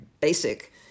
basic